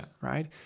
right